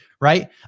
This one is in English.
Right